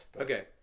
Okay